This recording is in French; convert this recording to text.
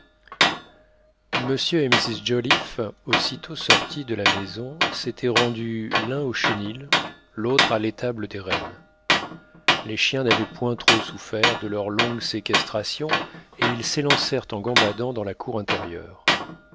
et mrs joliffe aussitôt sortis de la maison s'étaient rendus l'un au chenil l'autre à l'étable des rennes les chiens n'avaient point trop souffert de leur longue séquestration et ils s'élancèrent en gambadant dans la cour intérieure